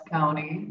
County